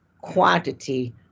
quantity